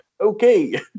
okay